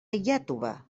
iàtova